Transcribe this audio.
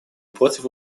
против